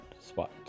spot